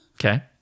Okay